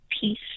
peace